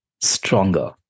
stronger